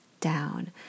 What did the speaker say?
down